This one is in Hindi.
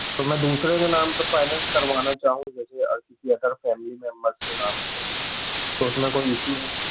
तो मैं दूसरे के नाम पे फाइनेन्स करवाना चाहूँ जैसे किसी अदर फैमिली मेम्बर्स के नाम पे तो उसमें कोई इशू वहाँ पे